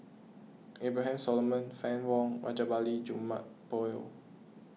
Abraham Solomon Fann Wong and Rajabali Jumabhoy